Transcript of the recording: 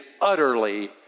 utterly